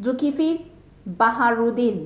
Zulkifli Baharudin